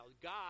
God